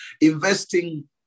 Investing